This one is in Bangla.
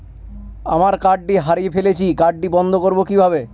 আমার কার্ডটি হারিয়ে ফেলেছি কার্ডটি বন্ধ করব কিভাবে?